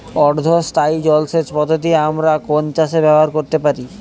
অর্ধ স্থায়ী জলসেচ পদ্ধতি আমরা কোন চাষে ব্যবহার করতে পারি?